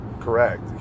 correct